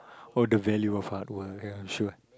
or the value of hard work ya I'm sure